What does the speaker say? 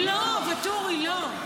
לא, ואטורי, לא.